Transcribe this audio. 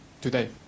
today